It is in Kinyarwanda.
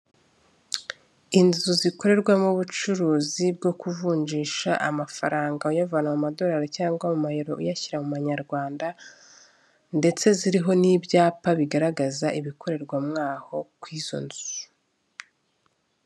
Inzu zikorerwamo ubucuruzi bwo kuvunjisha amafaranga uyavana mu madolari cyangwa mu mayero uyashyira mu manyarwanda ndetse ziriho n'ibyapa bigaragaza ibikorerwa mo aho kuri izo nzu.